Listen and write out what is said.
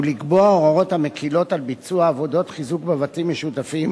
ולקבוע הוראות המקילות ביצוע עבודות חיזוק בבתים משותפים